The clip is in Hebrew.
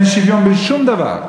אין שוויון בשום דבר,